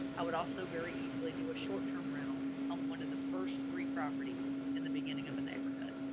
i would also very easily do a short term rental. i'm one of the first three properties in the beginning of a neighborhood.